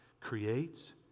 creates